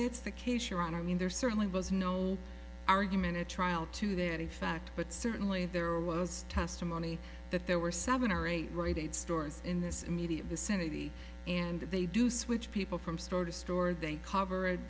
that's the case you're on i mean there certainly was no argument at trial to there the fact but certainly there was testimony that there were seven or eight great stores in this immediate vicinity and they do switch people from store to store they cover